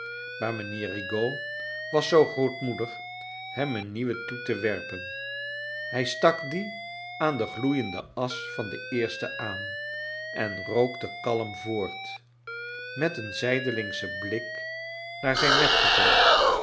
maar mijnheer rigaud was zoo grootmoedig hem een nieuwe toe te werpen hij stak die aan de gloeiende asch van de eerste aan en rookte kalm voort met een zijdelingschsn blik na ir zrjn metgezel